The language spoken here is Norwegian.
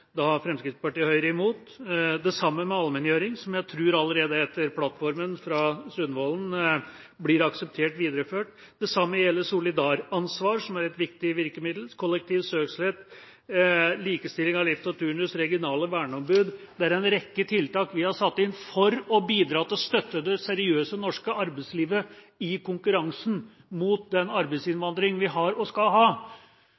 Fremskrittspartiet og Høyre imot. Det samme gjelder allmenngjøring, som jeg tror blir akseptert videreført, ifølge Sundvolden-plattformen. Det samme gjelder solidaransvar, som er et viktig virkemiddel, kollektiv søksmålsrett, likestilt skift og turnus og regionale verneombud. Det er en rekke tiltak vi har satt inn for å bidra til å støtte det seriøse norske arbeidslivet i konkurransen mot den